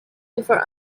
before